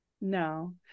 no